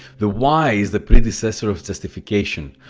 the why is the predecessor of justification.